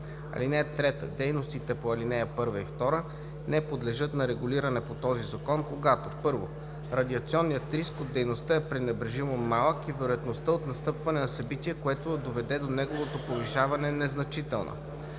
закон. (3) Дейностите по ал. 1 и 2 не подлежат на регулиране по този закон, когато: 1. радиационният риск от дейността е пренебрежимо малък и вероятността за настъпване на събитие, което да доведе до неговото повишаване, е незначителна;